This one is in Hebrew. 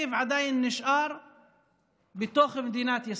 הנגב עדיין נשאר בתוך מדינת ישראל.